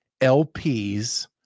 LPs